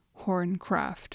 Horncraft